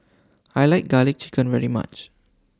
I like Garlic Chicken very much